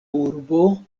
urbo